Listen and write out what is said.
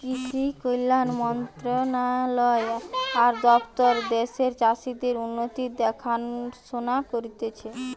কৃষি কল্যাণ মন্ত্রণালয় আর দপ্তর দ্যাশের চাষীদের উন্নতির দেখাশোনা করতিছে